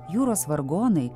jūros vargonai